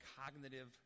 cognitive